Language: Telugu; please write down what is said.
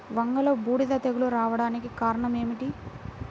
వంగలో బూడిద తెగులు రావడానికి కారణం ఏమిటి?